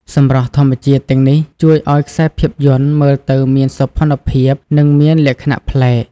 សម្រស់ធម្មជាតិទាំងនេះជួយឲ្យខ្សែភាពយន្តមើលទៅមានសោភ័ណភាព និងមានលក្ខណៈប្លែក។